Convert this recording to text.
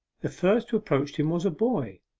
the first who approached him was a boy.